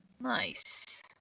Nice